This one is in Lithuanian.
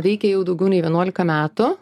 veikia jau daugiau nei vienuolika metų